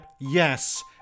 Yes